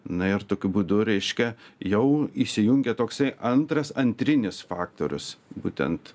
na ir tokiu būdu reiškia jau įsijungia toksai antras antrinis faktorius būtent